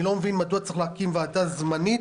אני לא מבין מדוע צריך להקים ועדה זמנית